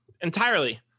entirely